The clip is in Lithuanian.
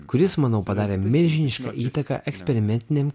kuris manau padarė milžinišką įtaką eksperimentiniam